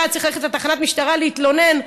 היה צריך ללכת לתחנת משטרה להתלונן,